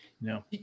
No